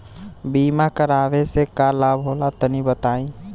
बीमा करावे से का लाभ होला तनि बताई?